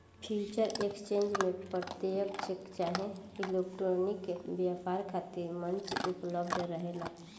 future exchange में प्रत्यकछ चाहे इलेक्ट्रॉनिक व्यापार खातिर मंच उपलब्ध रहेला